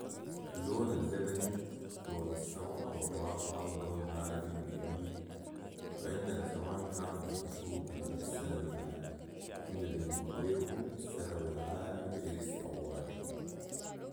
اللون اللبني لون السما والراحه ولون هادي وجميل و عندنا زمان كانوا بيلبسوه بنات السنوي العالي كنا بنقول ليهم السنوي العالي عرس طوالي